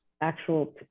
actual